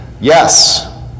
yes